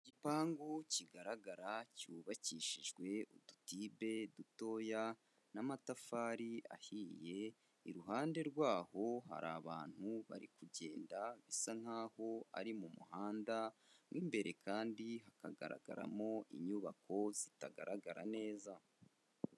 Igipangu kigaragara cyubakishijwe udutibe dutoya n'amatafari ahiye, iruhande rwaho hari abantu bari kugenda bisa nk'aho ari mu muhanda, mo imbere kandi hakagaragaramo inyubako zitagaragara neza.